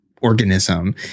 organism